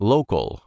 Local